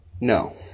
No